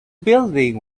building